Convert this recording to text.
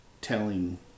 telling